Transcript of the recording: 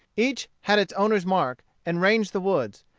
each had its owner's mark, and ranged the woods,